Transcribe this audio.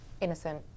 innocent